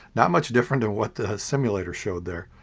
not much different than what the simulator showed there.